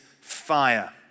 fire